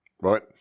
right